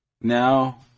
Now